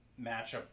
matchup